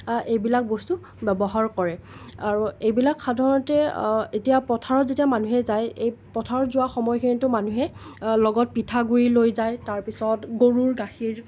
এইবিলাক বস্তু ব্যৱহাৰ কৰে আৰু এইবিলাক সাধাৰণতে এতিয়া পথাৰত যেতিয়া মানুহে যায় এই পথাৰত যোৱা সময়খিনিতো মানুহে লগত পিঠাগুড়ি লৈ যায় তাৰপিছত গৰুৰ গাখীৰ